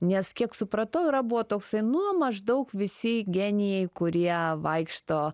nes kiek supratau yra buvo toksai nu maždaug visi genijai kurie vaikšto